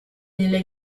nelle